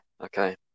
Okay